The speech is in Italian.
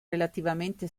relativamente